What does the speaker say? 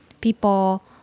people